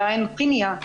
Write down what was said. בעין קנייא,